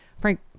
Frank